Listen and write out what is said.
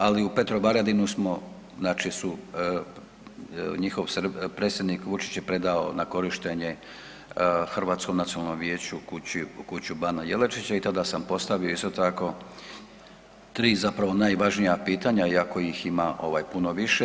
Ali u Petrovaradinu njihov predsjednik Vučić je predao na korištenje Hrvatskom nacionalnom vijeću kuću bana Jelačića i tada sam postavio isto tako 3 zapravo najvažnija pitanja iako ih ima puno više.